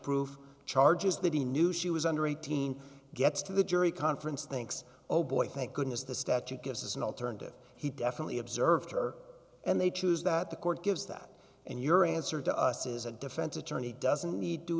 prove charges that he knew she was under eighteen gets to the jury conference thinks oh boy thank goodness the statute gives us an alternative he definitely observed her and they choose that the court gives that and your answer to us is a defense attorney doesn't need to